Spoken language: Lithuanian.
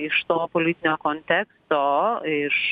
iš to politinio konteksto iš